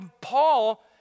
Paul